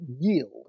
yield